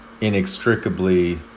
inextricably